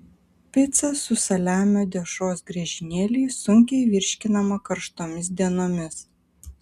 pica su saliamio dešros griežinėliais sunkiai virškinama karštomis dienomis